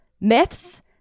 myths